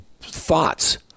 thoughts